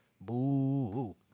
Boo